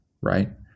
Right